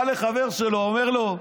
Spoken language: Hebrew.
בא לחבר שלו, אומר לו: